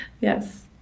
Yes